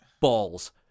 balls